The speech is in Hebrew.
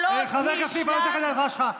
חבר הכנסת כסיף, לא צריך את העזרה שלך.